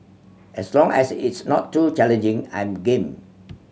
as long as it's not too challenging I'm game